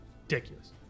Ridiculous